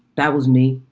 that was me.